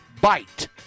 bite